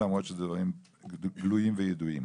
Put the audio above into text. למרות שאלו דברים גלויים וידועים.